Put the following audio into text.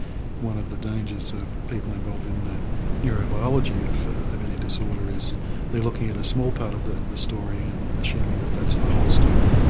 one of the dangers of people involved in the neurobiology of of any disorder is they're looking at a small part of the the story and assuming that that's the whole story.